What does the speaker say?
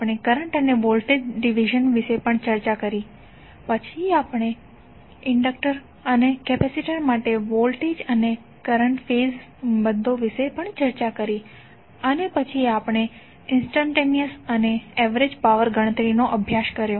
આપણે કરંટ અને voltage division વિશે પણ ચર્ચા કરી પછી આપણે ઇન્ડક્ટર અને કેપેસિટર માટે વોલ્ટેજ અને કરંટ ફેઝ સંબંધો વિશે ચર્ચા કરી અને પછી આપણે ઇંસ્ટંટેનીઅસ અને એવરેજ પાવર ગણતરીનો અભ્યાસ કર્યો